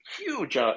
huge